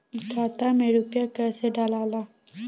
खाता में रूपया कैसे डालाला?